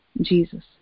Jesus